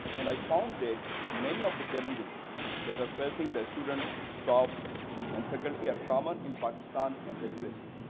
and i found that many of the challenges that are facing the students, staff and faculty are common in pakistan and the u s a,